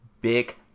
big